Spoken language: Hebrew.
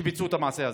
שביצעו את המעשה הזה.